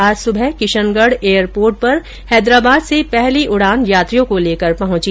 आज सुबह किशनगढ एयरपोर्ट पर हैदराबाद से पहली उडान यात्रियों को लेकर पहुंची